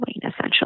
essentially